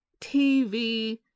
TV